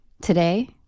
Today